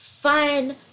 fun